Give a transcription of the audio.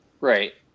Right